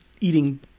eating